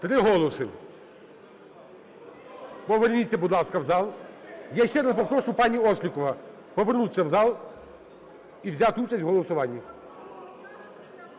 Три голоси. Поверніться, будь ласка, в зал. Я ще раз попрошу, пані Острікова, повернутися в зал і взяти участь в голосуванні.